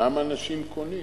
למה אנשים קונים?